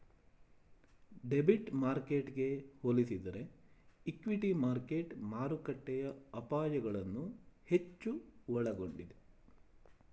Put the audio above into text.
debit ಮಾರ್ಕೆಟ್ಗೆ ಹೋಲಿಸಿದರೆ equity market ಮಾರುಕಟ್ಟೆಯ ಅಪಾಯಗಳನ್ನು ಹೆಚ್ಚು ಒಳಗೊಂಡಿದೆ